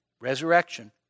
resurrection